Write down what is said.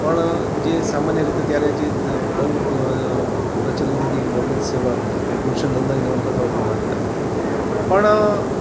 પણ જે સામાન્ય રીતે ત્યારે જે બહું પ્રચલિત હતી એવી નવનીત સેવક કે ગુલશન નંદાની નવલકથાઓ પણ વાંચતાં પણ